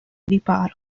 riparo